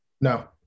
no